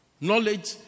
Knowledge